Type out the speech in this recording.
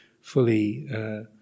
fully